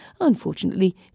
Unfortunately